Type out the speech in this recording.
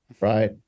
right